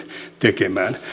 tekemään